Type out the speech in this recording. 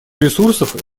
ресурсов